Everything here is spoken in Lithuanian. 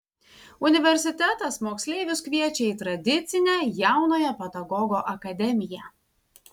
universitetas moksleivius kviečia į tradicinę jaunojo pedagogo akademiją